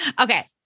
Okay